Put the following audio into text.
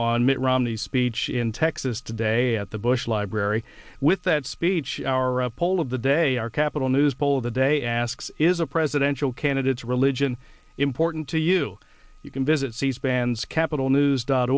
mitt romney's speech in texas today at the bush library with that speech our poll of the day our capital news poll of the day asks is a presidential candidates religion important to you you can visit seize bands capital news dot